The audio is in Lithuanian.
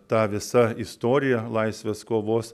ta visa istorija laisvės kovos